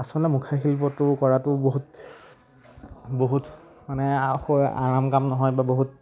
আচলতে মুখাশিল্পটো কৰাটো বহুত বহুত মানে আৰাম কাম নহয় বা বহুত